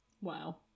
Wow